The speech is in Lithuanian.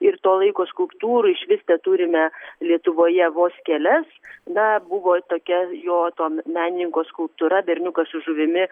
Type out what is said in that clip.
ir to laiko skulptūrų išvis teturime lietuvoje vos kelias na buvo tokia jo to menininko skulptūra berniukas su žuvimi